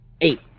eight